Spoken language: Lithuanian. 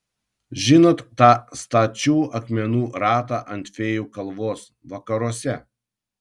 žinot tą stačių akmenų ratą ant fėjų kalvos vakaruose